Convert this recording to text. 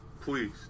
please